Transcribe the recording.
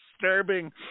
disturbing